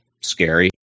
scary